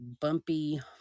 bumpy